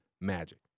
Magic